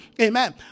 Amen